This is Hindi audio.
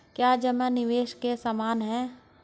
क्या जमा निवेश के समान है?